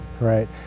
right